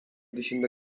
dışında